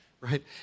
right